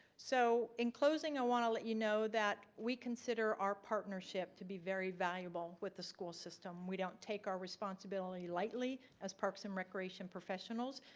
so in closing, i want to let you know that we consider our partnership to be very valuable with the school system. we don't take our responsibility lightly as parks and recreation professionals,